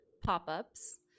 pop-ups